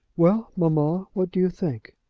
well, mamma what do you think?